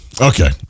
Okay